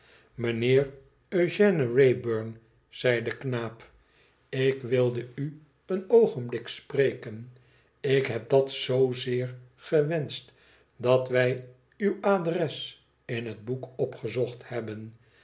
mijnheer eugène wrayburn zei de knaap tik wilde u een oogenblik spreken ik heb dat zoozeer gewenscht dat wij uw adres in het boek opgezocht hebben